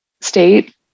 state